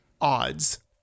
odds